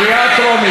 קריאה טרומית,